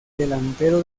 delantero